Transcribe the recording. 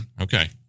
Okay